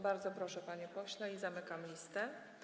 Bardzo proszę, panie pośle, i zamykam listę.